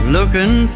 Looking